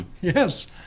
Yes